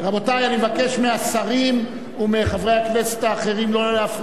אני מבקש מהשרים ומחברי הכנסת האחרים לא להפריע.